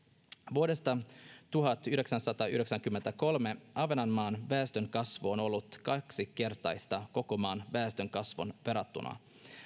vuodesta tuhatyhdeksänsataayhdeksänkymmentäkolme ahvenanmaan väestönkasvu on ollut kaksinkertaista koko maan väestönkasvuun verrattuna